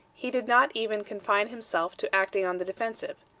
he did not even confine himself to acting on the defensive.